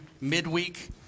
midweek